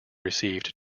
received